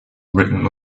written